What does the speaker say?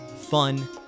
fun